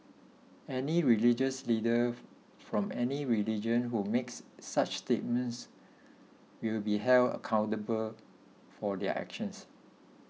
any religious leader from any religion who makes such statements will be held accountable for their actions